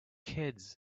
kids